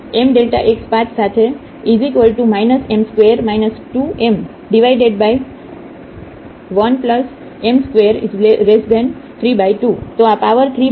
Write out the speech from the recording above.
Y m Δx path સાથે m2 2m1m232 તો આ પાવર 3 2 છે